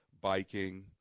biking